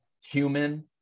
human